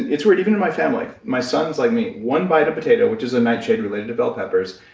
it's weird, even in my family, my son is like me. one bite of potato, which is a nightshade related to bell peppers,